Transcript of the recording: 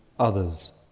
Others